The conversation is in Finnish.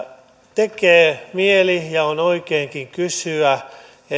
tekee mieli ja on oikeinkin kysyä